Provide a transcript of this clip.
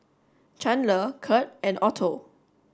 Chandler Curt and Otto